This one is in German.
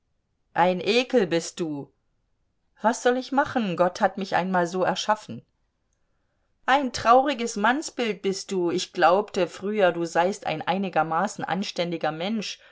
ein ekel bist du was soll ich machen gott hat mich einmal so erschaffen ein trauriges mannsbild bist du ich glaubte früher du seist ein einigermaßen anständiger mensch